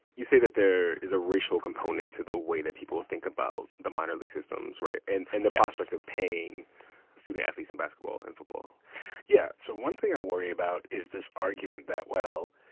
you say that there is a racial component to the way that people think about the minor league systems right? and and the prospect of paying student athletes in basketball and football yeah. so one thing i worry about is this argument that, well,